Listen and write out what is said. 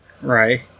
Right